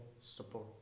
support